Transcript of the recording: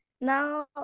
now